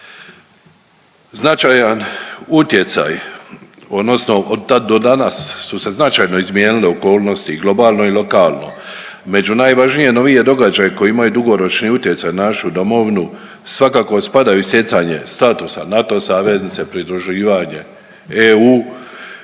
Značajan utjecaj odnosno od tad do danas su se značajno izmijenile okolnosti globalno i lokalno. Među najvažnije novije događaje koje imaju dugoročni utjecaj na našu domovinu svakako spadaju i stjecanje statusa NATO saveznice, pridruživanje EU,